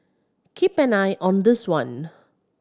keep an eye on this one